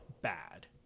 bad